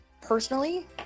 personally